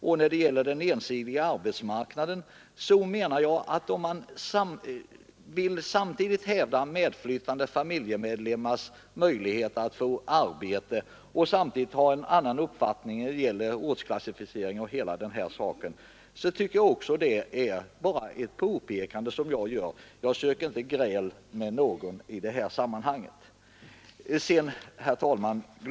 Och när det gäller den ensidiga arbetsmarknaden menar jag, att om man vill hävda medflyttande familjemedlemmars möjlighet att få arbete och samtidigt har en annan uppfattning när det gäller ortsklassificering och allt detta, så bör det bara göras ett påpekande härom. Jag söker inte gräl med någon i detta sammanhang. Herr talman!